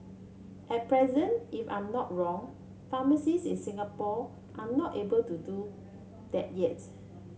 at present if I'm not wrong pharmacists in Singapore are not able to do that yet